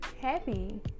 happy